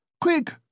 Quick